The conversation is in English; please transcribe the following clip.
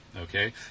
okay